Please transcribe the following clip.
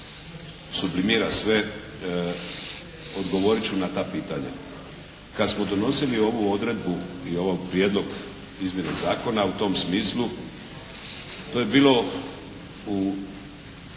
sublimira sve, odgovorit ću na ta pitanja. Kad smo donosili ovu odredbu i ovaj Prijedlog izmjene zakona u tom smislu, to je bilo